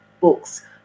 books